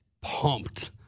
pumped